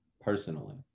personally